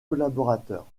collaborateurs